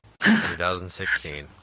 2016